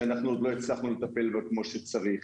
שאנחנו עוד לא הצלחנו לטפל בה כמו שצריך,